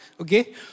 Okay